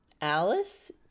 Alice